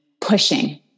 pushing